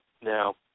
Now